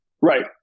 Right